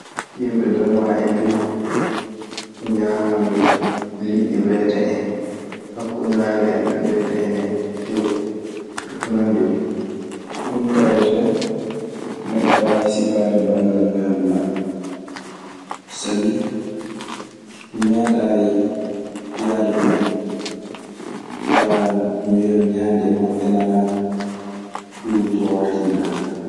Yimɓe danuaa en ɓee jooni ñaaman liɗɗi beetee en, hakkunde naange ɓe ɓeyda hen teew e ko nanndi e mun. Ɗun tawetee neɗɗo waawi sifaade banngal ñaandu maɓɓe. Sabi mi meeɗay yaade ton en, faa mi wiya mi ñandi e maɓɓe, naa ƴiwri to wartiri ga.